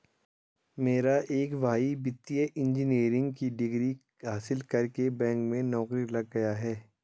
मेरा एक भाई वित्तीय इंजीनियरिंग की डिग्री हासिल करके बैंक में नौकरी लग गया है